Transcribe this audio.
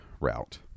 route